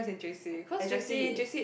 exactly